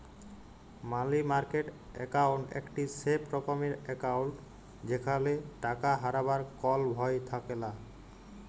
মালি market account একটি safe রকমের account যেখালে টাকা হারাবার কল ভয় থাকেলা